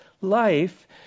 life